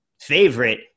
favorite